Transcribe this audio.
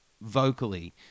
vocally